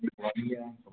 खमान्नी ऐ